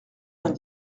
vingt